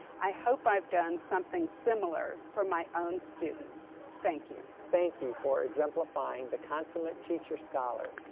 i hope i've done something similar for my own students. thank you. thank you for exemplifying the consummate teacher-scholar.